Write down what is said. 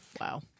Wow